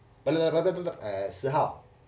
十号